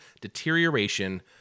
deterioration